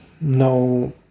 no